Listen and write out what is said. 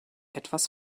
etwas